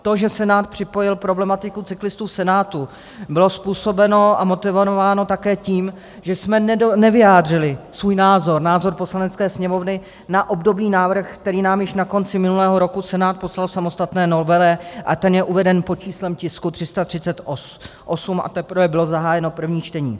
To, že Senát připojil problematiku cyklistů v Senátu, bylo způsobeno a motivováno také tím, že jsme nevyjádřili svůj názor, názor Poslanecké sněmovny, na obdobný návrh, který nám již na konci minulého roku Senát poslal v samostatné novele, a ten je uveden pod číslem tisku 338 a teprve bylo zahájeno první čtení.